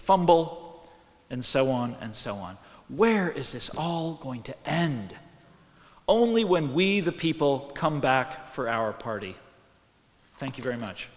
fumble and so on and so on where is this all going to end only when we the people come back for our party thank you very much